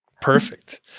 Perfect